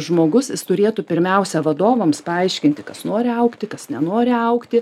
žmogus jis turėtų pirmiausia vadovams paaiškinti kas nori augti kas nenori augti